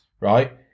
right